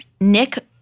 Nick